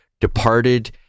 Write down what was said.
departed